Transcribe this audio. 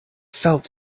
felt